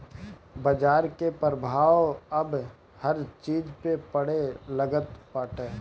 बाजार के प्रभाव अब हर चीज पे पड़े लागल बाटे